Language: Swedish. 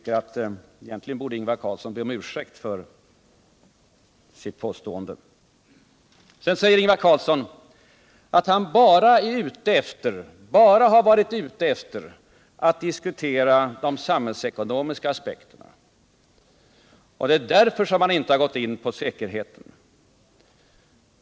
Egentligen borde Ingvar Carlsson be om' ursäkt för sitt påstående. Sedan säger Ingvar Carlsson att han med sin interpellation bara har varit ute efter att diskutera de samhällsekonomiska aspekterna. Det är därför som han inte har gått in på säkerheten.